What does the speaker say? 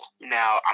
Now